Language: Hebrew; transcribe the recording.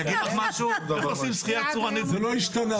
זה לא השתנה.